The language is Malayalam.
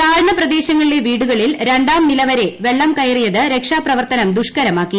താഴ്ന്ന പ്രദേശങ്ങളിലെ വീടുകളിൽ രണ്ടാം നില വരെവെള്ളം കയറിയത് രക്ഷാപ്രവർത്തനം ദുഷ്കരമാക്കി